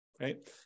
Right